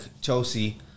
Chelsea